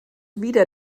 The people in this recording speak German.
wieder